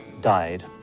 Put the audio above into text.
died